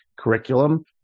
curriculum